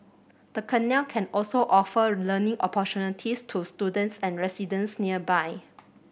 the canal can also offer learning opportunities to students and residents nearby